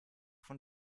von